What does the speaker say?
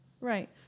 Right